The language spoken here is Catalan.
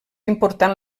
important